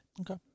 Okay